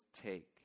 take